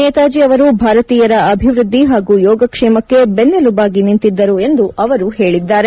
ನೇತಾಜಿ ಅವರು ಭಾರತೀಯರ ಅಭಿವೃದ್ದಿ ಹಾಗೂ ಯೋಗಕ್ಷೇಮಕ್ಕೆ ಬೆನ್ನೆಲುಬಾಗಿ ನಿಂತಿದ್ದರು ಎಂದು ಅವರು ಹೇಳಿದ್ದಾರೆ